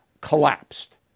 collapsed